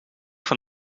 van